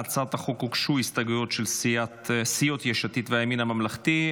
להצעת החוק הוגשו הסתייגויות של סיעות יש עתיד והימין הממלכתי.